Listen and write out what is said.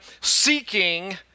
seeking